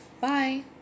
Bye